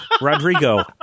Rodrigo